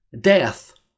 Death